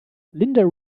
linda